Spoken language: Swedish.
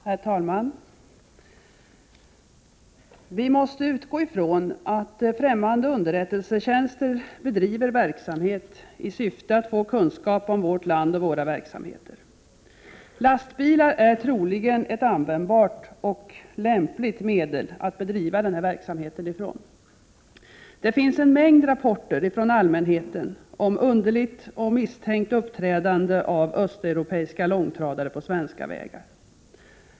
Herr talman! Vi måste utgå ifrån att ffrämmande underrättelsetjänster bedriver verksamhet i syfte att få kunskap om vårt land och våra verksamheter. Lastbilar är troligen ett användbart och lämpligt medel att bedriva denna verksamhet från. Det finns en mängd rapporter från allmänheten om underligt och misstänkt uppträdande av östeuropeiska långtradare på svenska vägar.